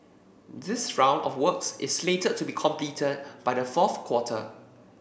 this round of works is slated to be completed by the fourth quarter